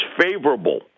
favorable